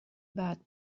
بعد